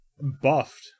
buffed